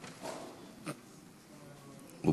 וואי, וואי.